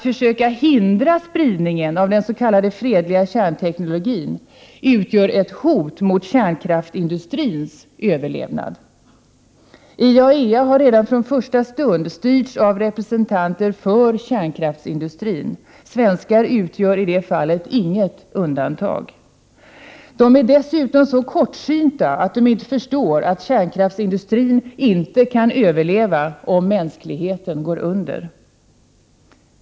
Försök att hindra spridningen av den s.k. fredliga kärnteknologin utgör ett hot mot kärnkraftsindustrins överlevnad. IAEA har redan från första stund styrts av representanter för kärnkraftsindustrin; svenskar utgör i det fallet inget undantag. De är dessutom så kortsynta att de inte förstår att kärnkraftsindustrin inte kan överleva om mänskligheten går under.